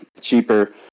cheaper